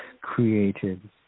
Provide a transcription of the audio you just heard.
created